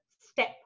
step